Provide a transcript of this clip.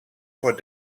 voor